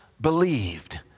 believed